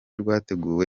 rwateguwe